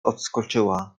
odskoczyła